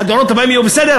והדור שלה בסדר,